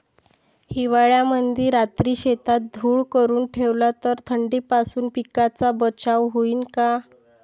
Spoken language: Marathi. हिवाळ्यामंदी रात्री शेतात धुर करून ठेवला तर थंडीपासून पिकाचा बचाव होईन का?